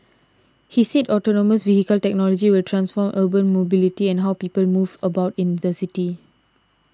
he said autonomous vehicle technology will transform urban mobility and how people move about in the city